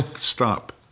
stop